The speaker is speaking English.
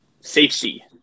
safety